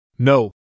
No